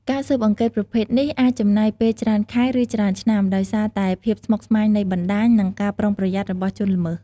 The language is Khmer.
ការស៊ើបអង្កេតប្រភេទនេះអាចចំណាយពេលច្រើនខែ ឬច្រើនឆ្នាំ ដោយសារតែភាពស្មុគស្មាញនៃបណ្តាញ និងការប្រុងប្រយ័ត្នរបស់ជនល្មើស។